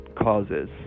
causes